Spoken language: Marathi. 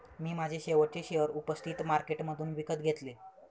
मी माझे शेवटचे शेअर उपस्थित मार्केटमधून विकत घेतले